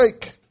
take